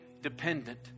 dependent